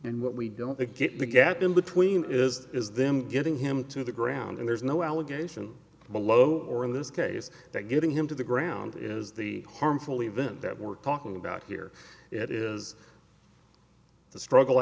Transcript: and what we don't get the gap in between is is them getting him to the ground there's no allegation below or in this case that getting him to the ground is the harmful event that we're talking about here it is the struggle